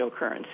cryptocurrency